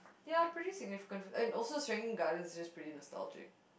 ya pretty significant and also Serangoon Gardens is pretty nostalgic